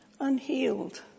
unhealed